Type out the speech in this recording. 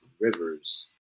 rivers